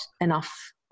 enough